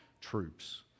troops